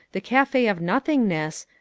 the cafe of nothingness,